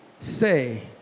Say